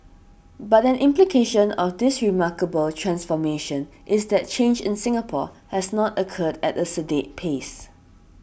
but an implication of this remarkable transformation is that change in Singapore has not occurred at a sedate pace